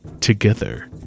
together